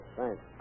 Thanks